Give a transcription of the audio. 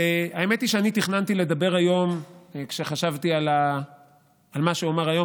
והאמת היא שכשחשבתי על מה שאומר היום,